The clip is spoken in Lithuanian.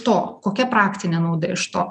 to kokia praktinė nauda iš to